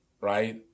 right